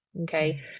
Okay